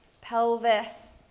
pelvis